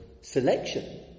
selection